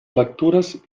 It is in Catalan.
lectures